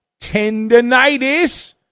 tendinitis